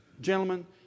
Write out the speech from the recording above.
gentlemen